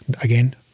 again